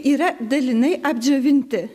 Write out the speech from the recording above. yra dalinai apdžiovinti